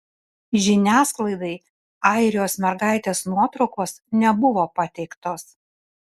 žiniasklaidai airijos mergaitės nuotraukos nebuvo pateiktos